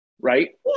right